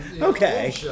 Okay